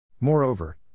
Moreover